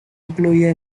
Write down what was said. incluida